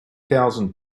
thousand